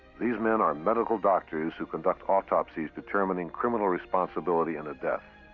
these men are medical doctors who conduct autopsies determining criminal responsibility in a death.